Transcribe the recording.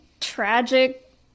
tragic